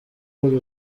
buri